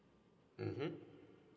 mmhmm